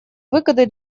выгоды